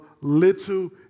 little